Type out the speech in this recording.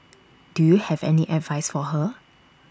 do you have any advice for her